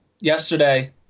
Yesterday